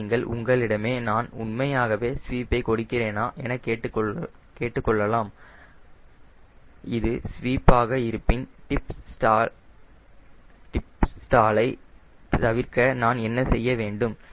பின்பு நீங்கள் உங்களிடமே நான் உண்மையாகவே ஸ்வீப்பை கொடுக்கிறேனா எனக் கேட்டுக் கொள்ளலாம் இது ஸ்வீப் ஆக இருப்பின் டிப் ஸ்டாலை தவிர்க்க நான் என்ன செய்ய வேண்டும்